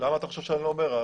למה אתה חושב שאני לא אומר?